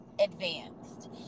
advanced